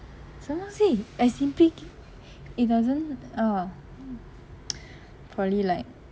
什么东西 as simply g~ it doesn't oh probably like